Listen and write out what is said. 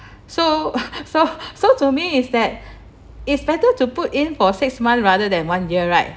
so so so to me is that it's better to put in for six months rather than one year right